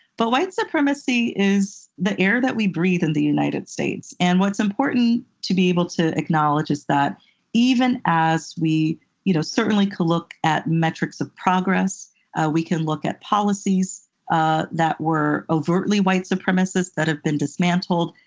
but white supremacy is the air that we breathe in the united states. and what's important to be able to acknowledge is that even as we you know certainly can look at metrics of progress ah we can look at policies ah that were overtly white supremacist that have been dismantled.